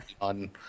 on